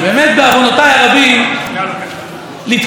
לתקוף את נושא ההתבוללות,